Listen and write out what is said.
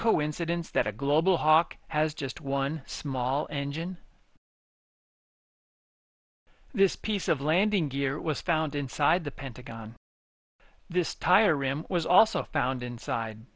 coincidence that a global hawk has just one small engine this piece of landing gear was found inside the pentagon this tire rim was also found inside